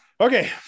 Okay